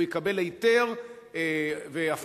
הוא יקבל היתר והפניה,